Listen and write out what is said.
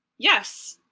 yes,